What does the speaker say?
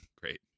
Great